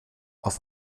auf